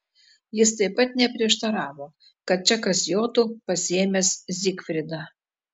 jis taip pat neprieštaravo kad čekas jotų pasiėmęs zigfridą